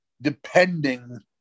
depending